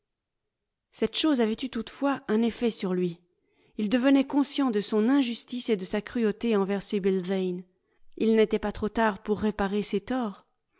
cette chose avait eu toutefois un effet sur lui il devenait conscient de son injustice et de sa cruauté envers sibyl yane il n'était pas trop tard pour réparer ses torts